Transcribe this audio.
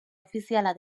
ofiziala